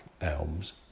ELMS